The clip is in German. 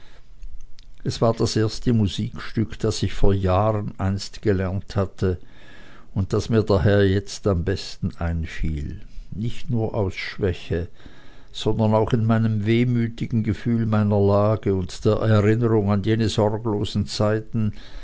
es war das erste musikstück das ich vor jahren einst gelernt hatte und das mir daher jetzt am ehesten einfiel nicht nur aus schwäche sondern auch in einem wehmütigen gefühle meiner lage und der erinnerung an jene sorglosen zeiten